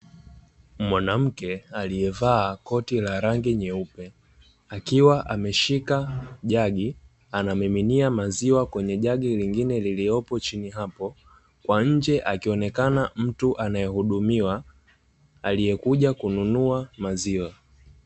Mwanamke aliye vaa koti la rangi nyeupe, akiwa ameshika jagi, anamiminia maziwa kwenye jagi lingine lililopo chini hapo kwa nje anaonekana mtu anayehudu miwa aliyekuja kununua maziwa .